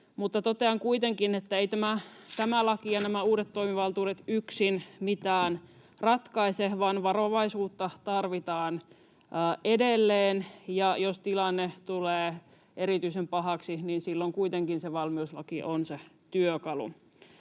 Totean kuitenkin, että eivät tämä laki ja nämä uudet toimivaltuudet yksin mitään ratkaise vaan varovaisuutta tarvitaan edelleen, ja jos tilanne tulee erityisen pahaksi, niin silloin kuitenkin se valmiuslaki on se työkalu.